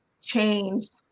changed